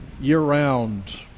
year-round